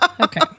Okay